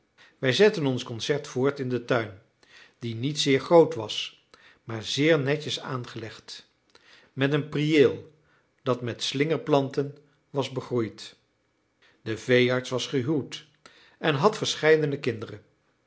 wij zetten ons concert voort in den tuin die niet zeer groot was maar zeer netjes aangelegd met een priëel dat met slingerplanten was begroeid de veearts was gehuwd en had verscheidene kinderen